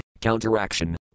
counteraction